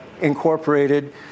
Incorporated